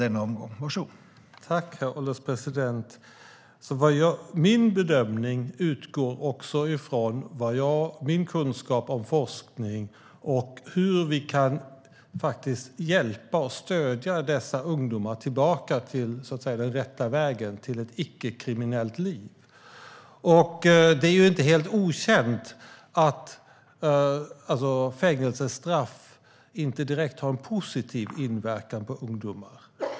Herr ålderspresident! Min bedömning utgår också ifrån min kunskap om forskning och hur vi kan hjälpa och stödja dessa ungdomar så att de kommer tillbaka till den rätta vägen, till ett icke-kriminellt liv. Det är ju inte helt okänt att fängelsestraff inte har någon positiv inverkan på ungdomar.